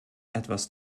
etwas